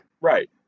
Right